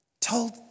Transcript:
Told